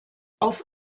auf